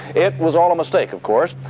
it was all a mistake of course.